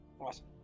Awesome